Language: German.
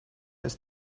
ist